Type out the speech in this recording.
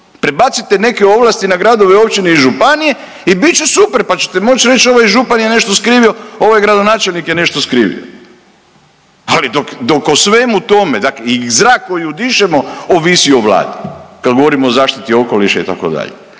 prebacite neke ovlasti na gradove, općine i županije i bit će super pa ćete moći reći ovaj župan je nešto skrivio, ovaj gradonačelnik je nešto skrivio. Ali dok, dok o svemu tome, dakle i zrak koji udišemo ovisi o Vladi kad govorimo o zaštiti okoliša itd. jer